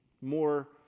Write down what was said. more